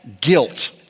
guilt